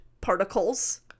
particles